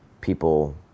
people